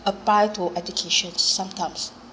apply to education sometimes